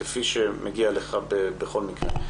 כפי שמגיע לך בכל מקרה.